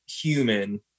human